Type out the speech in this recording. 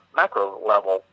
macro-level